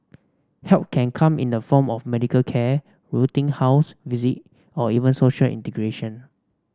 help can come in the form of medical care routine house visit or even social integration